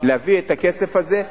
להביא את הכסף הזה.